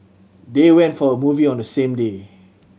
they went for a movie on the same day